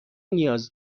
نیاز